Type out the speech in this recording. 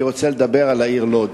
אני רוצה לדבר על העיר לוד.